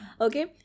Okay